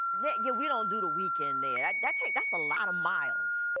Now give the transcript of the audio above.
yeah yeah we don't do the weekend there. that's like that's a lot of miles.